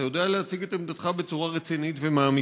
אתה יודע להציג את עמדתך בצורה רצינית ומעמיקה,